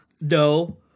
No